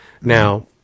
Now